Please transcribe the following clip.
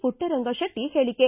ಮಟ್ಟರಂಗಶೆಟ್ಟಿ ಹೇಳಿಕೆ